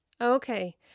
okay